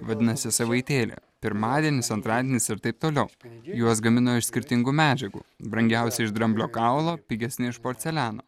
vadinasi savaitėlė pirmadienis antradienis ir taip toliau juos gamino iš skirtingų medžiagų brangiausi iš dramblio kaulo pigesni iš porceliano